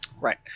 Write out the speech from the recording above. Right